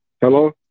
Hello